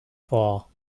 fall